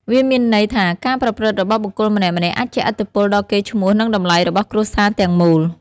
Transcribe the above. វាមានន័យថាការប្រព្រឹត្តរបស់បុគ្គលម្នាក់ៗអាចជះឥទ្ធិពលដល់កេរ្តិ៍ឈ្មោះនិងតម្លៃរបស់គ្រួសារទាំងមូល។